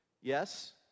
Yes